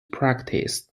practice